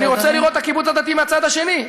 ואני רוצה לראות את הקיבוץ הדתי מהצד השני.